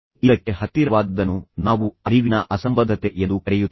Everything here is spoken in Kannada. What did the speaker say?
ಇದಕ್ಕೆ ಹತ್ತಿರವಾದದ್ದನ್ನು ನಾವು ಅರಿವಿನ ಅಸಂಬದ್ಧತೆ ಎಂದು ಕರೆಯುತ್ತೇವೆ